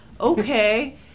Okay